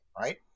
right